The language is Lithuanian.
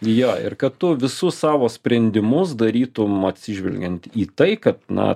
jo ir kad tu visus savo sprendimus darytum atsižvelgiant į tai kad na